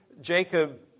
Jacob